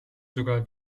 sogar